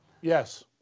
Yes